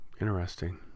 Interesting